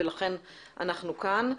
ולכן אנחנו כאן.